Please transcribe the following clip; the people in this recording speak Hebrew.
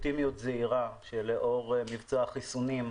מאוד פניות של נוסעים שלא קיבלנו החזרים,